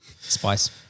Spice